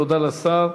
תודה לשר.